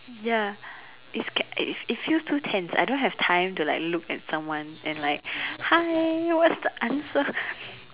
ya it's scared it it feels to tense I don't have time to look at someone and like hi what's the answer